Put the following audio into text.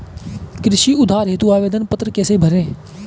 कृषि उधार हेतु आवेदन पत्र कैसे भरें?